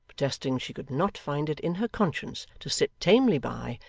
protesting she could not find it in her conscience to sit tamely by,